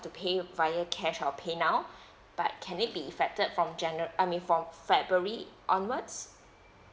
has to pay via cash or paynow but can it be effected from janua~ I mean from february onwards